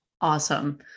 awesome